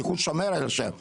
כי הוא שומר על השם.